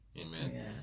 Amen